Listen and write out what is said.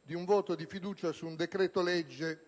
di un voto di fiducia su un decreto-legge